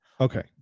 Okay